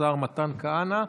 השר מתן כהנא.